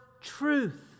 truth